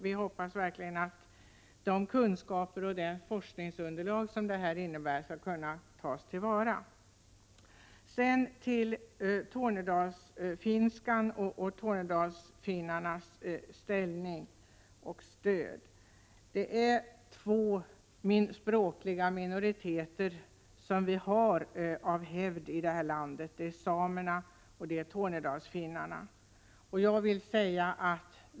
Vi hoppas verkligen att de kunskaper och det forskningsunderlag detta medfört skall tas till vara. Sedan några ord om stödet för tornedalsfinskan och Tornedalsfinnarna. Vi har två språkliga minoriteter i detta land, samerna och Tornedalsfinnarna.